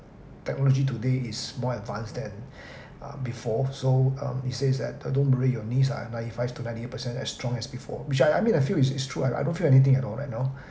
technology today is more advanced than uh before so um he says that uh don't your knees lah I'm ninety five to ninety eight percent as strong as before which I I mean I feel is is true I don't feel anything at all right now